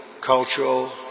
cultural